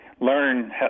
learn